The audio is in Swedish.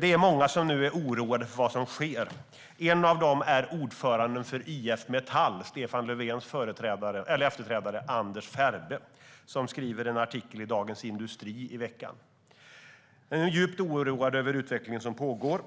Det är många som nu är oroade för vad som sker. En av dem är ordföranden för IF Metall, Stefan Löfvens efterträdare Anders Ferbe, som skriver en artikel i Dagens industri i veckan. Han är djupt oroad över den utveckling som pågår.